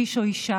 איש או אישה,